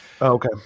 okay